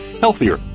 healthier